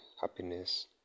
happiness